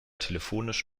telefonisch